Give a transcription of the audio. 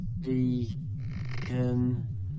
beacon